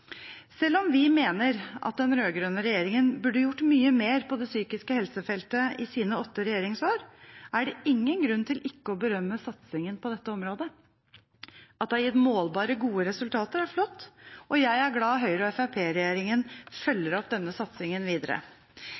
Selv om vi mener at den rød-grønne regjeringen burde gjort mye mer på det psykiske helsefeltet i løpet av sine åtte regjeringsår, er det ingen grunn til ikke å berømme satsingen på dette området. At det har gitt målbare, gode resultater, er flott, og jeg er glad for at Høyre–Fremskrittsparti-regjeringen følger opp denne satsingen videre.